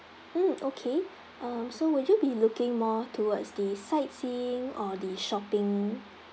mm okay uh so would you be looking more towards the sightseeing or the shopping